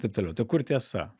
taip toliau tai kur tiesa